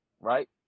right